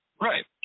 Right